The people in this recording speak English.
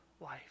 life